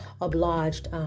obliged